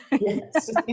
yes